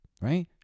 right